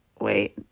wait